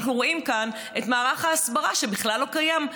אנחנו רואים כאן את מערך ההסברה שבכלל לא קיים,